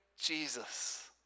Jesus